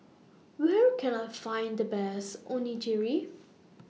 Where Can I Find The Best Onigiri